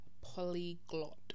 polyglot